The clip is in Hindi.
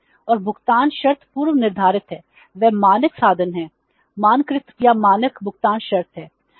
और भुगतान शर्तें पूर्व निर्धारित हैं वे मानक साधन हैं मानकीकृत या मानक भुगतान शर्तें हैं